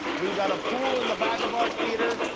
we've got a pool in the back of our theater.